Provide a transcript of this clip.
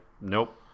Nope